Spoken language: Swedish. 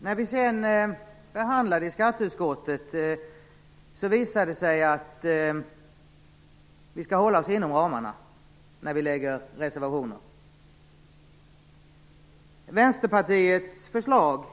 När vi sedan behandlade propositionen i skatteutskottet visade det sig att vi skulle hålla oss inom ramarna när vi gjorde reservationer. Vänsterpartiets förslag